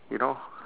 you know